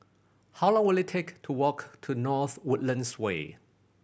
how long will it take to walk to North Woodlands Way